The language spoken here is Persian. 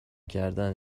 کردن